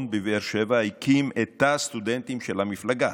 בבאר שבע הקים את תא הסטודנטים של המפלגה,